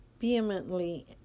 vehemently